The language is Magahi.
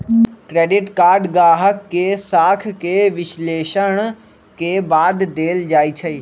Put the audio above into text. क्रेडिट कार्ड गाहक के साख के विश्लेषण के बाद देल जाइ छइ